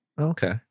Okay